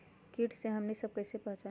किट के हमनी सब कईसे पहचान बई?